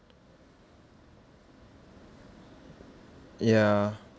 ya